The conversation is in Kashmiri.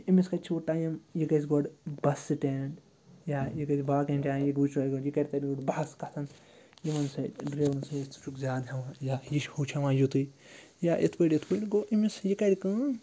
أمِس کَتہِ چھِ وۄنۍ ٹایِم یہِ گَژھِ گۄڈٕ بَس سِٹینٛڈ یا یہِ گَژھِ باقیَن جایَن یہِ یہِ کَرِ گۄڈٕ تَتہِ بَحس کَتھَن یِمَن سۭتۍ ڈرٛیورَن سۭتۍ ژٕ چھُکھ زیادٕ ہٮ۪وان یا یہِ چھُ ہُہ چھِ ہٮ۪وان یُتُے یا یِتھ پٲٹھۍ یِتھ پٲٹھۍ گوٚو أمِس یہِ کَرِ کٲم